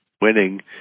Winning